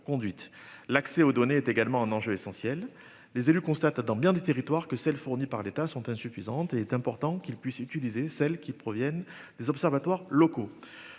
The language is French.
l'accès aux données est également un enjeu essentiel. Les élus constate dans bien des territoires que celles fournies par l'État sont insuffisantes et il est important qu'ils puissent utiliser celles qui proviennent des observatoires locaux